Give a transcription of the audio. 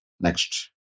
Next